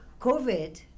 COVID